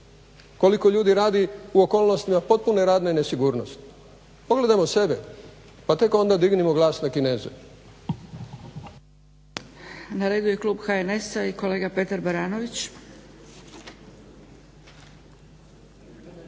Koliko ljudi radi u okolnostima potpune radne nesigurnosti? Pogledajmo sebe, pa tek onda dignimo glas na Kineze.